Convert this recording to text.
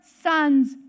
Son's